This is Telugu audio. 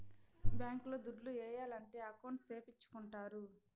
బ్యాంక్ లో దుడ్లు ఏయాలంటే అకౌంట్ సేపిచ్చుకుంటారు